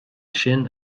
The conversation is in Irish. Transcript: sin